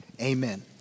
amen